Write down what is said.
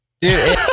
dude